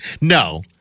No